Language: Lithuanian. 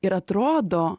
ir atrodo